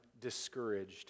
discouraged